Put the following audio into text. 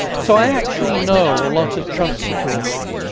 so, i actually know a lot of trump supporters.